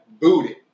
booted